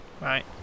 Right